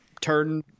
turn